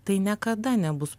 tai niekada nebus